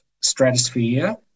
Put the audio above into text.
stratosphere